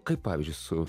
kaip pavyzdžiui su